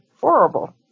horrible